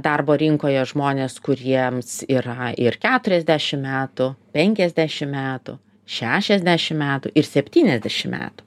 darbo rinkoje žmones kuriems yra ir keturiasdešim metų penkiasdešim metų šešiasdešim metų ir septyniasdešim metų